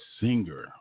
singer